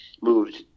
moved